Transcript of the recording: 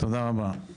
תודה רבה.